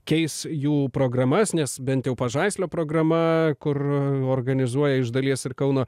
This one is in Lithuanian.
keis jų programas nes bent jau pažaislio programa kur organizuoja iš dalies ir kauno